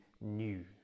new